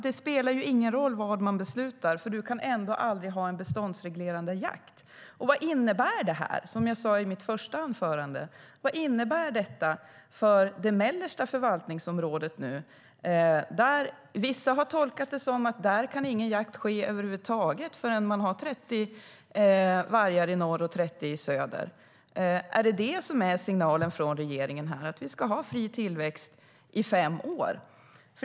Det spelar ju då ingen roll vad den beslutar, för man kan ändå aldrig ha en beståndsreglerande jakt. Vad innebär detta för det mellersta förvaltningsområdet? Vissa har tolkat det som att ingen jakt över huvud taget kan ske där förrän man har 30 vargar i norr och 30 i söder. Är signalen från regeringen att vi ska ha fri tillväxt i fem år?